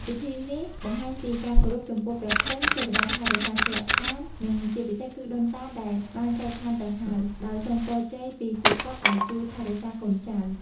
ពិធីនេះបង្ហាញពីការគោរពចំពោះព្រះភូមិ ទេវតាថែរក្សាគេហដ្ឋាន និងជាពិសេសគឺដូនតាដែលបានចែកឋានទៅហើយ ដោយសុំពរជ័យពីពួកគាត់ឲ្យជួយថែរក្សាកូនចៅ។